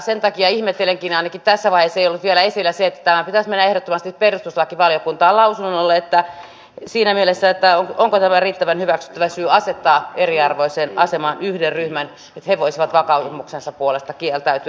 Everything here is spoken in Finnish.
sen takia ihmettelenkin että ainakaan tässä vaiheessa ei vielä ole ollut esillä se että tämän pitäisi mennä ehdottomasti perustuslakivaliokuntaan lausunnolle siinä mielessä että onko tämä riittävän hyväksyttävä syy asettaa yksi ryhmä eriarvoiseen asemaan että he voisivat vakaumuksensa puolesta kieltäytyä